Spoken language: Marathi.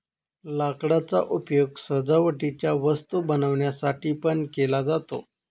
लाकडाचा उपयोग सजावटीच्या वस्तू बनवण्यासाठी पण केला जातो